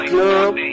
Club